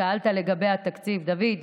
שאלת לגבי התקציב, דוד,